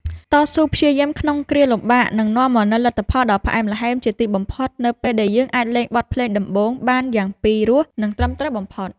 តស៊ូព្យាយាមក្នុងគ្រាលំបាកនឹងនាំមកនូវលទ្ធផលដ៏ផ្អែមល្ហែមជាទីបំផុតនៅពេលដែលយើងអាចលេងបទភ្លេងដំបូងបានយ៉ាងពីរោះ និងត្រឹមត្រូវបំផុត។